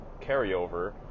carryover